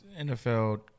NFL